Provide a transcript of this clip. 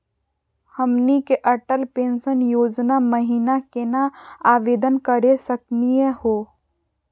हमनी के अटल पेंसन योजना महिना केना आवेदन करे सकनी हो?